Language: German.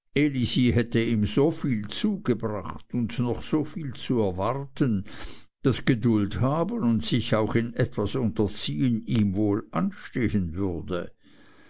hätte ihm so viel zugebracht und noch so viel zu erwarten daß geduld haben und sich auch in etwas unterziehen ihm wohl anstehen würde